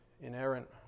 inerrant